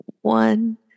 One